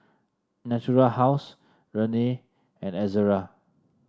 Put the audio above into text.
Natural House Rene and Ezerra